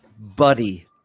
buddy